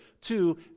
two